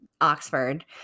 Oxford